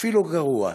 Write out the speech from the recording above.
אפילו גרוע.